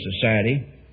Society